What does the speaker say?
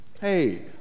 Hey